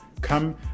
come